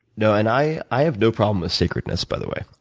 no, and i i have no problem with sacredness, by the way.